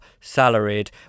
salaried